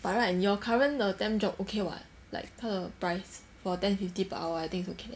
but right 你 your current 的 temp job okay [what] like 它的 price for ten fifty per hour I think it's okay